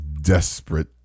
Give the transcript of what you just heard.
desperate